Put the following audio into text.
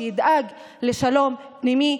שידאג לשלום פנימי,